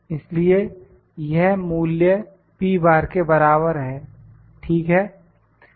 इसलिए यह मूल्य के बराबर है ठीक है